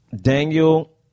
Daniel